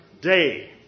day